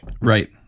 Right